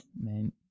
Man